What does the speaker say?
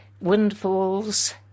windfalls